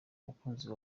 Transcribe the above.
umukunzi